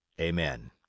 Amen